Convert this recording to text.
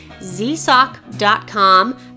zsock.com